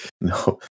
No